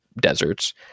deserts